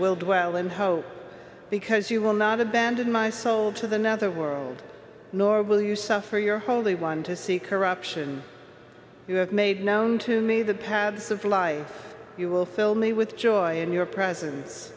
will dwell in hope because you will not abandon my soul to the netherworld nor will you suffer your holy one to see corruption you have made known to me the pad supply you will fill me with joy in your presence